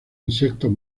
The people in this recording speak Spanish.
insectos